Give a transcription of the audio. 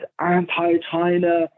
anti-China